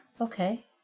Okay